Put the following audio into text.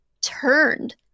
turned